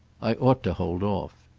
i ought to hold off.